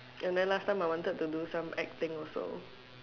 and then last time I wanted to do some acting also